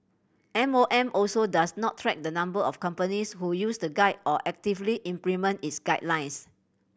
M O M also does not track the number of companies who use the guide or actively implement its guidelines